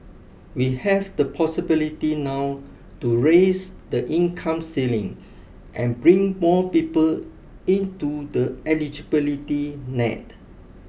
we have the possibility now to raise the income ceiling and bring more people into the eligibility net